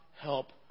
help